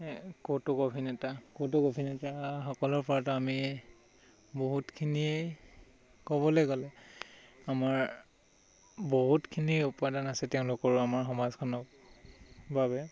কৌতুক অভিনেতা কৌতুক অভিনেতাসকলৰ পৰাতো আমি বহুতখিনিয়েই ক'বলৈ গ'লে আমাৰ বহুতখিনি উপাদান আছে তেওঁলোকৰো আমাৰ সমাজখনত বাবে